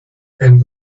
and